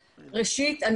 ראשית,